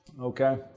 okay